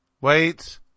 Wait